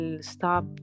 stop